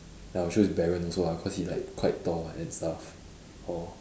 I would choose Baron also ah cause he like quite tall and is tough orh